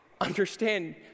understand